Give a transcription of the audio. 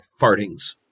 fartings